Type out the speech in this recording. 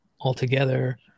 altogether